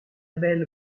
belle